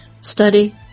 study